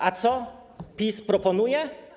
A co PiS proponuje?